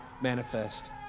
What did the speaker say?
manifest